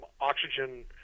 oxygen